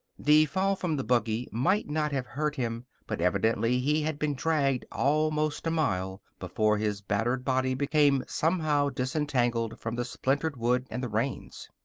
the fall from the buggy might not have hurt him, but evidently he had been dragged almost a mile before his battered body became somehow disentangled from the splintered wood and the reins.